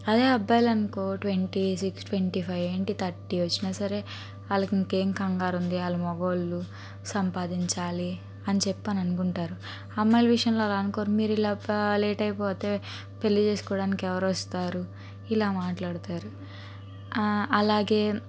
అదే అబ్బాయిలనుకో twenty six twenty five ఏంటి థర్టీ వచ్చినా సరే వాళ్ళకు ఇంకేం కంగారుంది వాళ్ళు మొగవాళ్లు సంపాదించాలి అని చెప్పి అని అనుకుంటారు అమ్మాయిల విషయంలో అలా అనుకోరు మీరు ఇలా లేటైపోతే పెళ్లి చేసుకోడానికి ఎవరొస్తారు ఇలా మాట్లాడతారు అలాగే